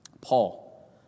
Paul